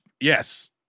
yes